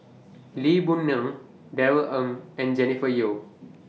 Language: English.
Lee Boon Ngan Darrell Ang and Jennifer Yeo